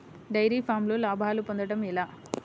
Dairy ఫామ్లో లాభాలు పొందడం ఎలా?